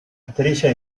estrella